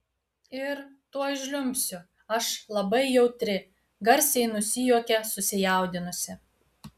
ir tuoj žliumbsiu aš labai jautri garsiai nusijuokia susijaudinusi